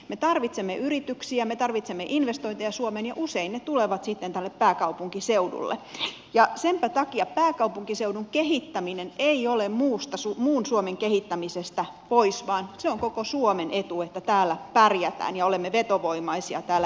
me tarvitsemme yrityksiä me tarvitsemme investointeja suomeen ja usein ne tulevat sitten tälle pääkaupunkiseudulle ja senpä takia pääkaupunkiseudun kehittäminen ei ole muun suomen kehittämisestä poissa vaan se on koko suomen etu että täällä pärjätään ja olemme vetovoimaisia täällä etelässä